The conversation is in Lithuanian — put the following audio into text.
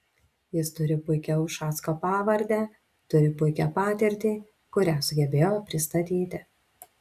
jis turi puikią ušacko pavardę turi puikią patirtį kurią sugebėjo pristatyti